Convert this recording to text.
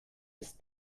ist